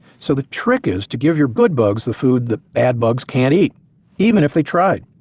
so the trick is to give your good bugs the food that bad bugs can't eat even if they tried.